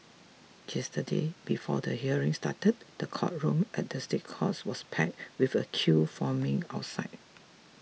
yesterday before the hearing started the courtroom at the State Courts was packed with a queue forming outside